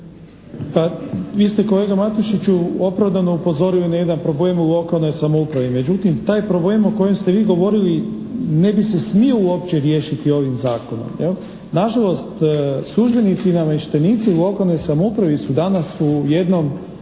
Vi ste kolega Matešiću opravdano upozorio na jedan problem u lokalnoj samoupravi, međutim taj problem o kojem ste vi govorili ne bi se smio uopće riješiti ovim zakonom. Nažalost, službenici i namještenici u lokalnoj samoupravi su danas u jednom